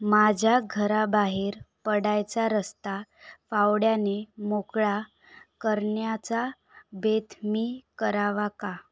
माझा घराबाहेर पडायचा रस्ता फावड्याने मोकळा करण्याचा बेत मी करावा का